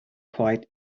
quiet